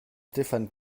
stéphane